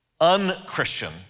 un-Christian